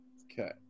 Okay